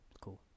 cool